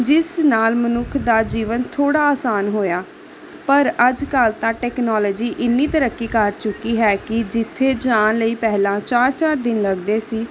ਜਿਸ ਨਾਲ ਮਨੁੱਖ ਦਾ ਜੀਵਨ ਥੋੜ੍ਹਾ ਆਸਾਨ ਹੋਇਆ ਪਰ ਅੱਜ ਕੱਲ੍ਹ ਤਾਂ ਟੈਕਨੋਲੋਜੀ ਇੰਨੀ ਤਰੱਕੀ ਕਰ ਚੁੱਕੀ ਹੈ ਕਿ ਜਿੱਥੇ ਜਾਣ ਲਈ ਪਹਿਲਾਂ ਚਾਰ ਚਾਰ ਦਿਨ ਲੱਗਦੇ ਸੀ